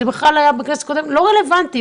זה בכלל היה בכנסת הקודמת זה לא רלוונטי.